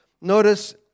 notice